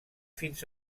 fins